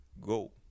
go